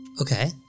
Okay